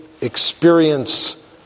experience